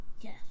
Yes